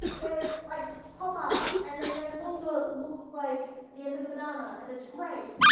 there's like pop art, and they no longer look like the end of a banana and it's great,